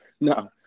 No